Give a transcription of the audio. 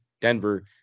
Denver